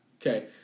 okay